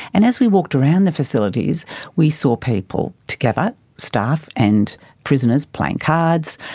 and as we walked around the facilities we saw people together, staff and prisoners, playing cards,